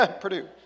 Purdue